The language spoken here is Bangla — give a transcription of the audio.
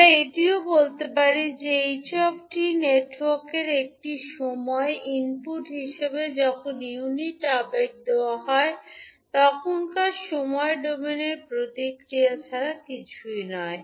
আমরা এটিও বলতে পারি যে h 𝑡 নেটওয়ার্কের একটি সময় ইনপুট হিসাবে যখন ইউনিট আবেগ দেওয়া হয় তখনকার সময়ের ডোমেন প্রতিক্রিয়া ছাড়া কিছুই নয়